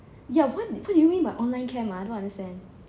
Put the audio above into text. ya what what do you by online camp ah don't understand